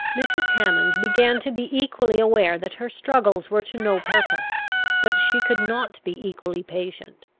mrs. hammond began to be equally aware that her struggles were to no purpose but she could not be equally patient.